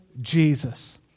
Jesus